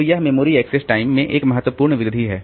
तो यह memory access time में एक महत्वपूर्ण वृद्धि है